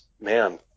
man